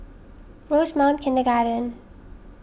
Rosemount Kindergarten